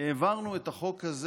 העברנו את החוק הזה